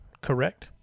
Correct